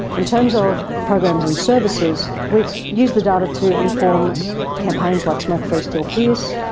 in terms of programs and services we've used the data to inform campaigns like smokefreestillfierce,